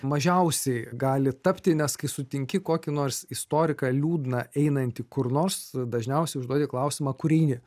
mažiausiai gali tapti nes kai sutinki kokį nors istoriką liūdną einantį kur nors dažniausiai užduodi klausimą kur eini